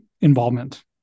involvement